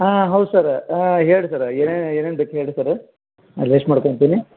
ಹಾಂ ಹೌದು ಸರ ಹಾಂ ಹೇಳಿ ರೀ ಸರ ಏನೇನು ಬೇಕು ಹೇಳಿ ರೀ ಸರ ನಾ ಲೀಸ್ಟ್ ಮಾಡ್ಕೊತೀನಿ